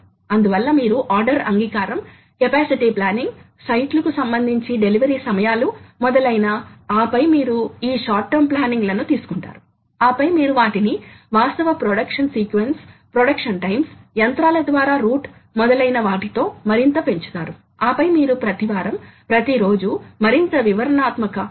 కాబట్టి ఈ సందర్భంలో పవర్ పదార్థ తొలగింపు రేటు పై ఆధారపడి ఉంటుందని తేలుతుంది కాబట్టి స్థిరమైన పదార్థ తొలగింపు రేటు కోసం సాధారణంగా తయారీలో మనం దాన్ని పరిష్కరించబోతున్నాము మనం దానిని బట్టి పదార్థ తొలగింపు రేటును పరిష్కరించబోతున్నాము